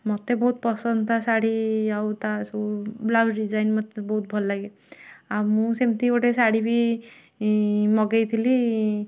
ମୋତେ ବହୁତ ପସନ୍ଦ ତା ଶାଢ଼ି ଆଉ ତା ସବୁ ବ୍ଲାଉଜ୍ ଡିଜାଇନ୍ ମୋତେ ବହୁତ ଭଲ ଲାଗେ ଆଉ ମୁଁ ସେମିତି ଗୋଟେ ଶାଢ଼ି ବି ମଗାଇଥିଲି